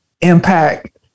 impact